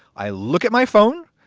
i look at my phone.